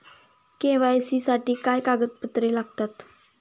KYC साठी काय कागदपत्रे लागतात?